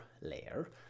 layer